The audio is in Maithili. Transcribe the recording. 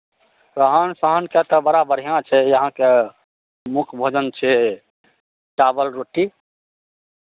रहन सहनके तऽ बड़ा बढ़िआँ छै यहाँके मुख्य भोजन छै चावल रोटी